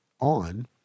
on